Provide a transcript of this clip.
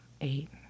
eight